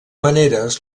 maneres